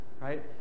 right